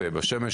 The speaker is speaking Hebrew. בשמש,